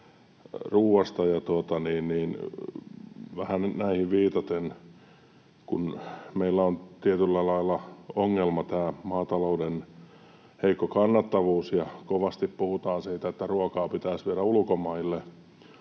ruuasta. Vähän näihin viitaten, kun meillä on tietyllä lailla ongelmana tämä maatalouden heikko kannattavuus ja kovasti puhutaan siitä, että ruokaa pitäisi viedä ulkomaille,